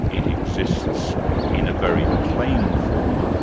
it exists in a very plain form,